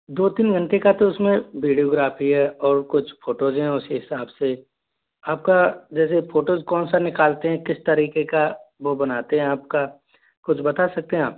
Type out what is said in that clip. दो तीन घंटे का तो उसमें वीडियोग्राफी है और कुछ फोटोज़ हैं उस हिसाब से आपका जैसे फोटोज़ कौन सा निकालते हैं किस तरीके का वो बनाते हैं आपका कुछ बता सकते हैं आप